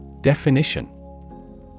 Definition